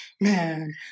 man